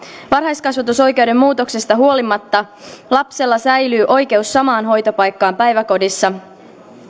varhaiskasvatusoikeuden muutoksesta huolimatta lapsella säilyy oikeus samaan hoitopaikkaan päiväkodissa